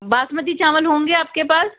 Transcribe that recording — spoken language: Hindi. बासमती चावल होंगे आपके पास